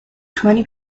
twenty